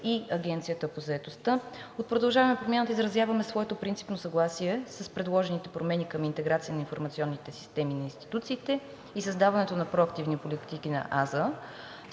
и Агенцията по заетостта, от „Продължаваме Промяната“ изразяваме своето принципно съгласие с предложените промени към интеграция на информационните системи на институциите и създаването на проактивни политики на